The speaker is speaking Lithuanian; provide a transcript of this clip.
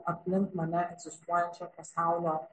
aplink mane egzistuojančio pasaulio